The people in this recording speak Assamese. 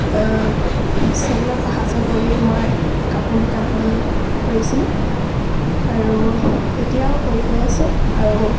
চাইকেলত অহা যোৱা কৰি মই কাপোৰ শিকা কাম কৰিছিলোঁ আৰু এতিয়াও কৰি গৈ আছোঁ আৰু